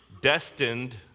destined